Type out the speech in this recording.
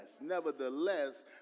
nevertheless